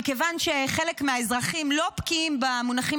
מכיוון שחלק מהאזרחים לא בקיאים במונחים